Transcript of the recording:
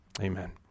Amen